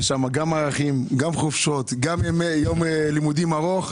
שם יש גם ערכים, גם חופשות, גם יום לימודים ארוך.